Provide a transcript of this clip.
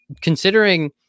considering